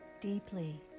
deeply